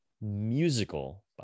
Musical